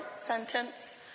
sentence